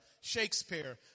Shakespeare